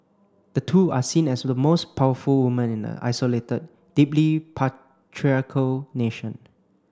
the two are seen as the most powerful women in the isolated deeply patriarchal nation